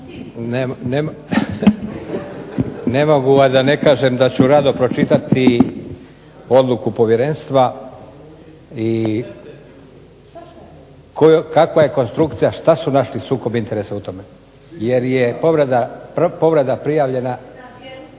Ne mogu a da ne kažem da ću rado pročitati odluku povjerenstva i kakva je konstrukcija, šta su našli sukob interesa u tome, jer je povreda prijavljena…